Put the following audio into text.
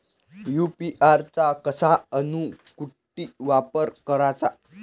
UPI चा कसा अन कुटी वापर कराचा?